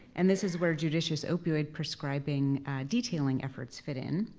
and this is where judicious opioid prescribing detailing efforts fit in,